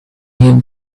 him